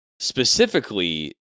Specifically